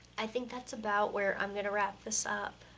i think that's about where i'm gonna wrap this up.